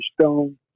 Stone